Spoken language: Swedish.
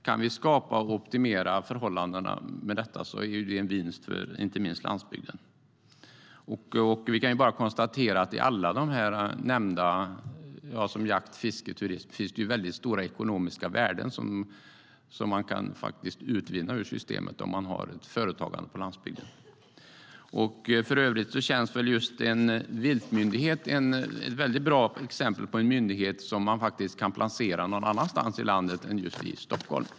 Kan vi skapa och optimera förhållandena med detta är det en vinst för inte minst landsbygden.